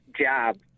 job